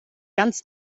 ganz